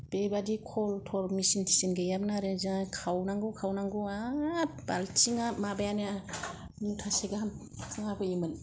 बेबादि खल थल मेसिन थेसिन गैयामोन आरो जा खावनांगौ खावनांगौ आरो बाल्थिंआ माबायानो मुथासे गाहाम जाबोयोमोन